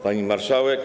Pani Marszałek!